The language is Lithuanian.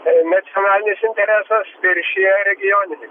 nacionalinis interesas viršija regioninį